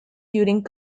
during